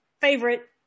favorite